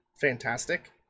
fantastic